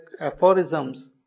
aphorisms